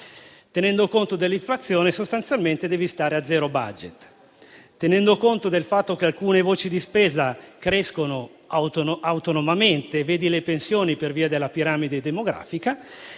Tenendo conto dell'inflazione, sostanzialmente bisogna stare a zero *budget*. Tenendo conto del fatto che alcune voci di spesa crescono autonomamente - come le pensioni, per via della piramide demografica